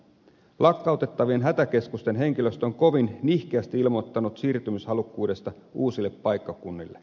lakkautettavien hätäkeskusten henkilöstö on kovin nihkeästi ilmoittanut siirtymishalukkuudesta uusille paikkakunnille